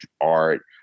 art